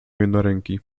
jednoręki